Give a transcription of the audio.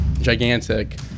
gigantic